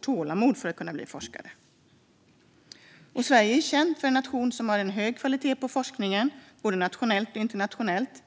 tålamod för att bli forskare. Sverige är känt som en nation med hög kvalitet på sin forskning både nationellt och internationellt.